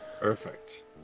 Perfect